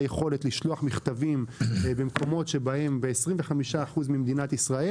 יכולת לשלוח מכתבים ב-25 אחוזים מהמקומות במדינת ישראל.